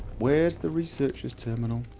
where's the researcher's terminal?